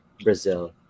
brazil